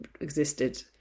existed